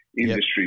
Industry